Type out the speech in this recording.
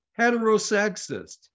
heterosexist